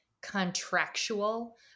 contractual